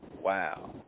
Wow